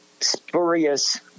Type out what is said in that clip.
spurious